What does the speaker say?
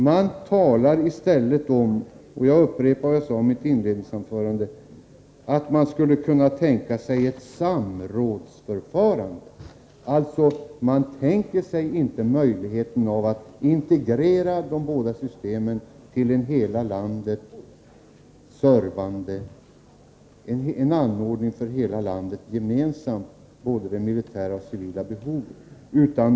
Man talar i stället om — jag upprepar vad jag sade i mitt inledningsanförande — att man skulle kunna tänka sig ett samrådsförfarande. Man tänker sig inte möjligheten av att integrera de båda systemen till en gemensam anordning för hela landet som täcker både det militära och det civila behovet.